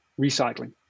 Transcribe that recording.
recycling